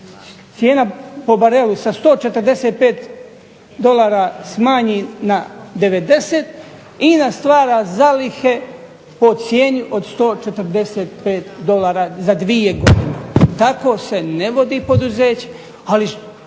cijena po barelu sa 145 dolara smanji na 90 INA stvara zalihe po cijeni od 145 dolara za dvije godine. Tako se ne vodi poduzeće. Ali